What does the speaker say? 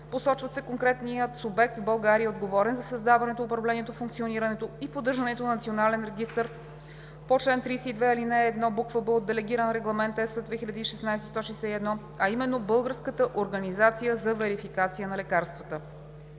Посочва се конкретният субект в България, отговорен за създаването, управлението, функционирането и поддържането на Националния регистър по чл. 32, ал. 1, буква „б“ от Делегиран регламент (ЕС) 2016/161, а именно Българската организация за верификация на лекарствата.